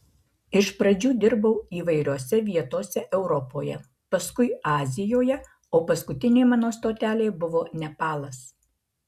iš pradžių dirbau įvairiose vietose europoje paskui azijoje o paskutinė mano stotelė buvo nepalas